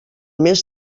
mes